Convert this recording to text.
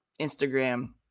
Instagram